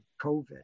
COVID